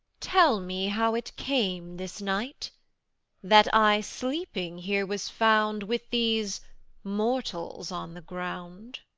tell me how it came this night that i sleeping here was found with these mortals on the ground.